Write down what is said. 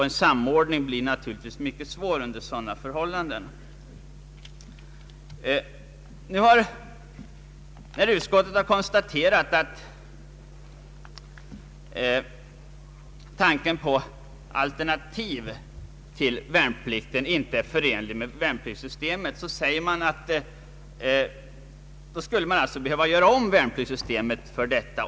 En samordning blir naturligtvis mycket svår att åstadkomma under sådana förhållanden. Utskottet har konstaterat att tanken på alternativ till värnpliktstjänstgöring inte är förenlig med det nuvarande värnpliktssystemet och anför att det i så fall skulle bli nödvändigt att ändra värnpliktssystemet.